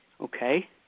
Okay